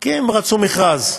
כי הם רצו מכרז.